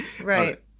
right